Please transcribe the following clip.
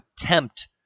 attempt